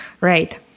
Right